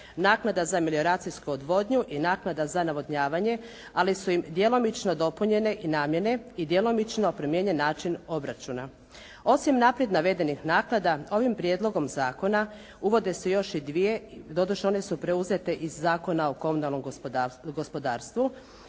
naknada za melioracijsku odvodnju i naknada za navodnjavanje ali su im djelomično dopunjene i namjene i djelomično promijenjen način obračuna. Osim naprijed navedenih naknada ovim prijedlogom zakona uvode se još i dvije, doduše one su preuzete iz Zakona o komunalnom gospodarstvu